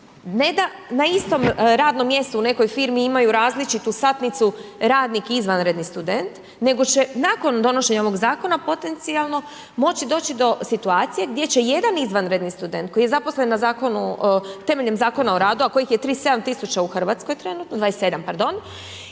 ne da istom radnom mjestu u nekoj firmi imaju različitu satnicu, radnik i izvanredni student, nego će nakon donošenja ovoga zakona, potencijalno moći doći do situacije gdje će jedan izvanredni student, koji je zaposlen temeljem Zakona o radu a kojih je 37 000 u Hrvatskoj trenutno, 27 pardon